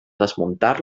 desmuntar